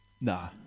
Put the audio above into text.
Nah